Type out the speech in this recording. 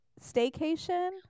staycation